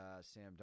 Sam